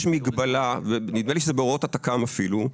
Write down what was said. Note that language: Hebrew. יש הגבלה ונראה לי שזה בהוראות התכ"ם, אפילו.